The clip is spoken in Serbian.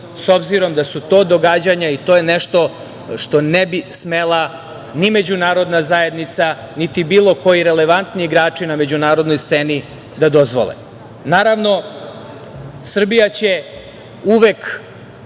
s obzirom da su to događanja i to je nešto što ne bi smela ni međunarodna zajednica, niti bilo koji relevantni igrači na međunarodnoj sceni da dozvole. Naravno, Srbija će uvek